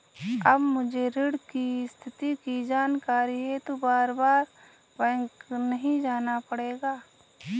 अब मुझे ऋण की स्थिति की जानकारी हेतु बारबार बैंक नहीं जाना पड़ेगा